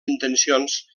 intencions